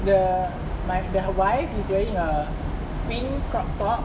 the my the wife is wearing a pink crop top